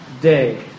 day